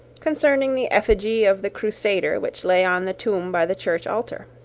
concerning the effigy of the crusader which lay on the tomb by the church altar.